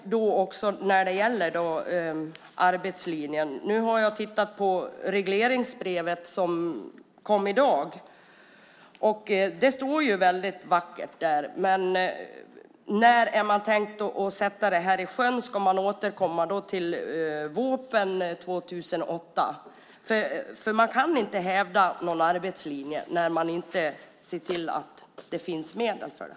Nu har jag läst regleringsbrevet som kom i dag. Det står mycket vackert där, men när är det tänkt att det här ska sättas i sjön? Ska man återkomma till vårpropositionen 2008? Man kan ju inte hävda någon arbetslinje utan att se till att det finns medel för den.